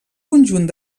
conjunt